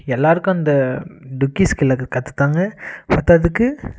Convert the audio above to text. எல்லாருக்கும் அந்த டுக்கி ஸ்கில்லை கற்றுத்தாங்க பத்தாததுக்கு